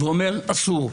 ואומר: אסור,